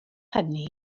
hynny